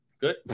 Good